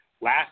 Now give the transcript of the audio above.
last